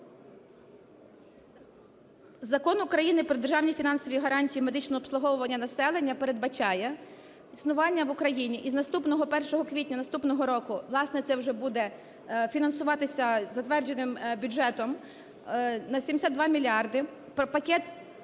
Закон України "Про державні фінансові гарантії медичного обслуговування населення" передбачає існування в Україні із наступного, 1 квітня наступного року, власне, це вже буде фінансуватися затвердженим бюджетом, на 72 мільярди пакет